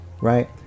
Right